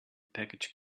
package